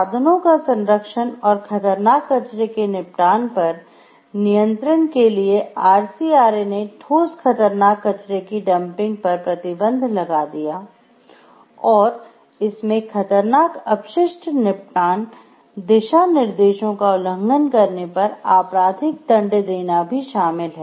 संसाधनों का संरक्षण और खतरनाक कचरे के निपटान है